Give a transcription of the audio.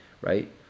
right